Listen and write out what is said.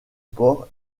porc